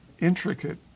intricate